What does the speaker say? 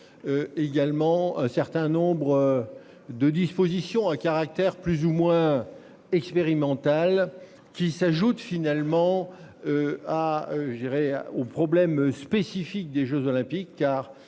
Également un certain nombre. De dispositions à caractère plus ou moins expérimental qui s'ajoutent finalement. Ah je dirais aux problèmes spécifiques des Jeux olympiques,